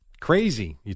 crazy